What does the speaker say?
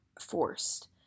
forced